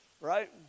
right